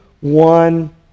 One